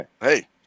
hey